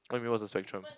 what you whats the spectrum